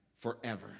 forever